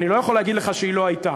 אני לא יכול להגיד לך שהיא לא הייתה,